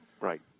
right